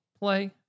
play